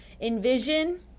envision